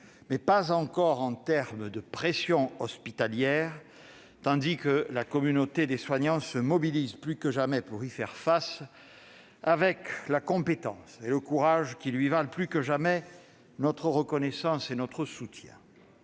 mais pas encore en termes de pression hospitalière. Plus que jamais, la communauté des soignants se mobilise pour faire face à cette pression, avec la compétence et le courage qui lui valent plus que jamais notre reconnaissance et notre soutien.